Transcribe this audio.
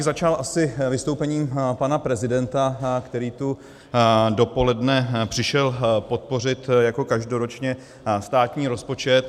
Začal bych asi vystoupením pana prezidenta, který tu dopoledne přišel podpořit jako každoročně státní rozpočet.